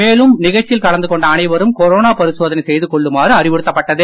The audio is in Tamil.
மேலும் நிகழ்ச்சியில் கலந்து கொண்ட அனைவரும் கொரோனா பரிசோதனை செய்து கொள்ளுமாறு அறிவுறுத்தப்பட்டது